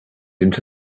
into